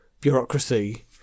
bureaucracy